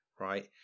Right